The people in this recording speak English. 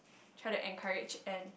try to encourage and